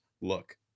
look